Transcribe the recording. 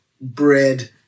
bread